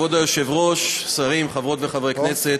כבוד היושב-ראש, שרים, חברות וחברי כנסת,